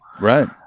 Right